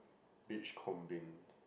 beachcombing